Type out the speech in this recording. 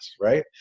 right